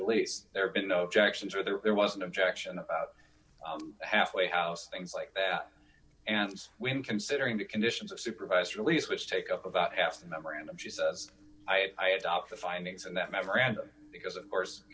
release there have been no objections whether there was an objection a halfway house things like that and when considering the conditions of supervised release which take up about half the memorandum she says i adopt the findings and that memorandum because of course